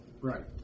Right